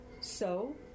So